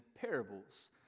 parables